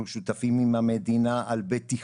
אנחנו שותפים עם המדינה לבטיחות,